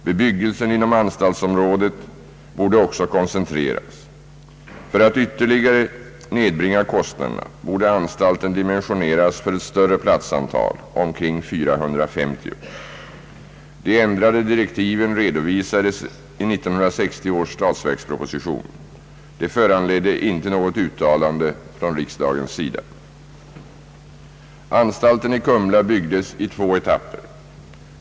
Bebyggelsen inom anstaltsområdet borde också koncentreras. För att ytterligare nedbringa kostnaderna borde anstalten dimensioneras för ett större platsantal, omkring 450. anledde inte något uttalande från riksdagens sida. Anstalten i Kumla byggdes i två etapper.